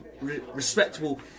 respectable